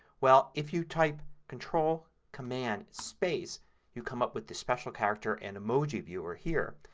well, if you type control command space you come up with this special character and emoji viewer here.